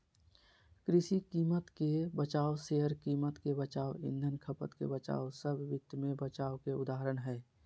कृषि कीमत के बचाव, शेयर कीमत के बचाव, ईंधन खपत के बचाव सब वित्त मे बचाव के उदाहरण हय